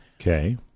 Okay